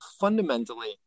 fundamentally